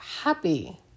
happy